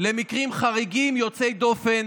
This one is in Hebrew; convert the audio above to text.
למקרים חריגים, יוצאי דופן,